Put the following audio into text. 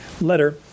letter